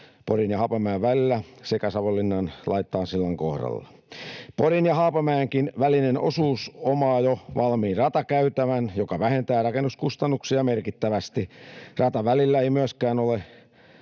Porin ja Haapamäen välillä sekä Savonlinnan Laitaatsillan kohdalla. Porin ja Haapamäenkin välinen osuus omaa jo valmiin ratakäytävän, joka vähentää rakennuskustannuksia merkittävästi. Ratavälillä ei myöskään ole